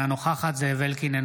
אינה נוכחת זאב אלקין,